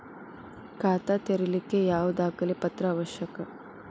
ಖಾತಾ ತೆರಿಲಿಕ್ಕೆ ಯಾವ ದಾಖಲೆ ಪತ್ರ ಅವಶ್ಯಕ?